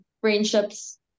friendships